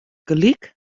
gelyk